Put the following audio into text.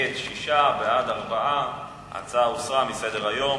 נגד, 6, בעד, 4. ההצעה הוסרה מסדר-היום.